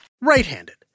right-handed